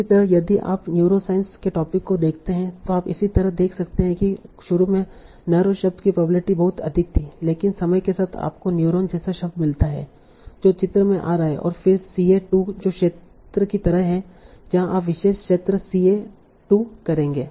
इसी तरह यदि आप न्यूरोसाइंस के टोपिक को देखते हैं तो आप इसी तरह देख सकते हैं कि शुरू में नर्व शब्द की प्रोबेबिलिटी बहुत अधिक थी लेकिन समय के साथ आपको न्यूरॉन जैसा शब्द मिलता है जो चित्र में आ रहा है और फिर सीए2 जो क्षेत्र की तरह है जहां आप विशेष क्षेत्र ca2 करेंगे